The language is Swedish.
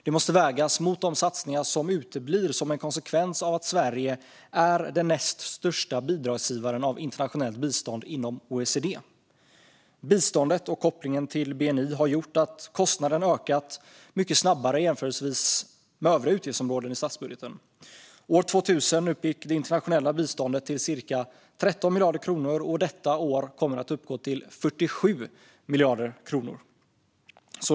De måste vägas mot de satsningar som uteblir som en konsekvens av att Sverige är den näst största bidragsgivaren av internationellt bistånd inom OECD. Biståndet och kopplingen till bni har gjort att kostnaden har ökat mycket snabbare jämfört med övriga utgiftsområden i statsbudgeten. År 2000 uppgick det internationella biståndet till cirka 13 miljarder kronor, och detta år kommer det att uppgå till 47 miljarder kronor.